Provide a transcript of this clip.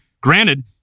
Granted